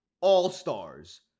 All-Stars